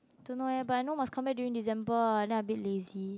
don't know eh but I know must come back during December ah then a bit lazy